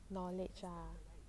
knowledge lah